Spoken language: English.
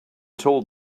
told